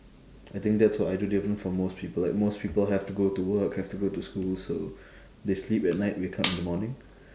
I think that's what I do different from most people like most people have to go to work have to go to school so they sleep at night wake up in the morning